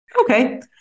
okay